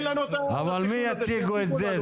מי יציג את זה?